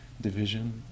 division